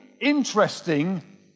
interesting